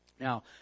Now